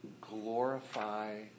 glorify